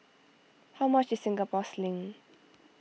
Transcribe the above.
how much is Singapore Sling